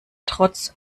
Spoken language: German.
trotz